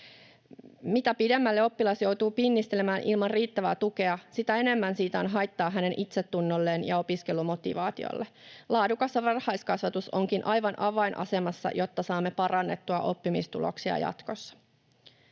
Mitä pidemmälle oppilas joutuu pinnistelemään ilman riittävää tukea, sitä enemmän siitä on haittaa hänen itsetunnolleen ja opiskelumotivaatiolleen. Laadukas varhaiskasvatus onkin aivan avainasemassa, jotta saamme parannettua oppimistuloksia jatkossa.